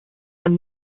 man